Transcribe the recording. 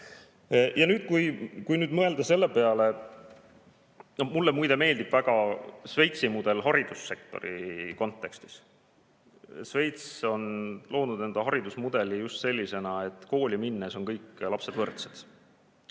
otsimine on ülitähtis. Mulle muide meeldib väga Šveitsi mudel haridussektori kontekstis. Šveits on loonud enda haridusmudeli just sellisena, et kooli minnes on kõik lapsed võrdsed,